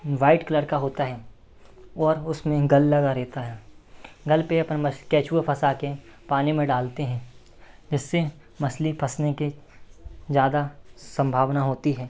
white colour का होता है और उसमें गल लगा रहता है गल पे अपन मछ केचुआ फँसा के पानी में डालते हैं जिससे मछली फँसने के ज़्यादा सम्भावना होती है